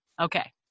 Okay